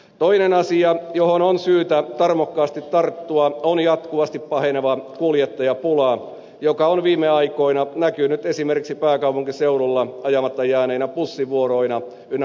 toinen asia johon on syytä tarmokkaasti tarttua on jatkuvasti paheneva kuljettajapula joka on viime aikoina näkynyt esimerkiksi pääkaupunkiseudulla ajamatta jääneinä bussivuoroina ynnä muuta